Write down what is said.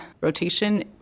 rotation